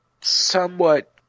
somewhat